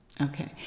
okay